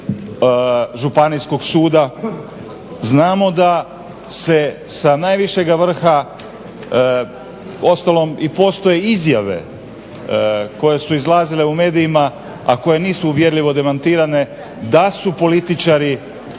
Županijskog suda. Znamo da se sa najvišega vrha uostalom i postoje izjave koje su izlazile u medijima a koje nisu uvjerljivo demantirane da su političari